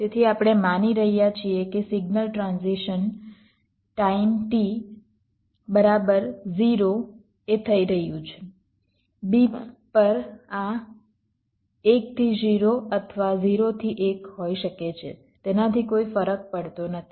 તેથી આપણે માની રહ્યા છીએ કે સિગ્નલ ટ્રાન્ઝિશન ટાઈમ t બરાબર 0 એ થઈ રહ્યું છે b પર આ 1 થી 0 અથવા 0 થી 1 હોઈ શકે છે તેનાથી કોઈ ફરક પડતો નથી